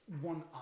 one